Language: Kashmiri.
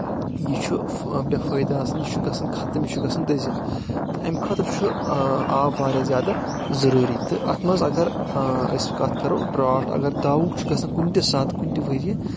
یہِ چھُ بے فٲیدٕ آسان یہِ چھُ گژھان ختم یہِ چھُ گژھان دٔزِتھ تہٕ امہِ خٲطرٕ چھُ آب واریاہ زیادٕ ضروٗری تہٕ اتھ منٛز اگر أسۍ کتھ کرو ڈراٹھ اگر داوُک چھُ گژھان کُنہِ تہِ ساتہٕ کُنہِ تہِ ؤرۍ یہِ